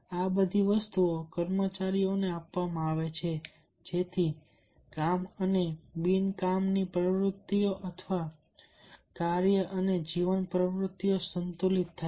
આ બધી વસ્તુઓ કર્મચારીઓને આપવામાં આવે છે જેથી કામ અને બિન કામ પ્રવૃત્તિઓ અથવા કાર્ય અને જીવન પ્રવૃત્તિઓ સંતુલિત થાય